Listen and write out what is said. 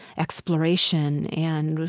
exploration and,